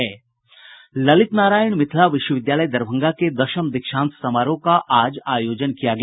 ललित नारायण मिथिला विश्वविद्यालय दरभंगा के दशम दीक्षांत समारोह का आज आयोजन किया गया